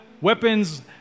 weapons